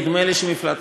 נדמה לי שמפלגתך,